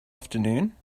afternoon